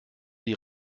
die